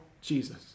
Jesus